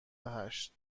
هشت